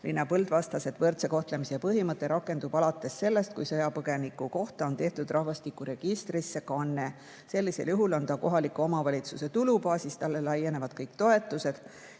Liina Põld vastas, et võrdse kohtlemise põhimõte rakendub alates sellest, kui sõjapõgeniku kohta on tehtud rahvastikuregistrisse kanne. Sellisel juhul laienevad talle kohaliku omavalitsuse tulubaasist kõik toetused.